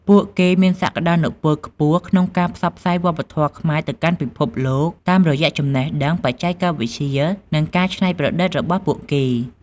ពួកគេមានសក្ដានុពលខ្ពស់ក្នុងការផ្សព្វផ្សាយវប្បធម៌ខ្មែរទៅកាន់ពិភពលោក តាមរយៈចំណេះដឹង បច្ចេកវិទ្យា និងការច្នៃប្រឌិតរបស់ពួកគេ។